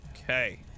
Okay